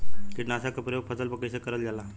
कीटनाशक क प्रयोग फसल पर कइसे करल जाला?